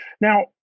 Now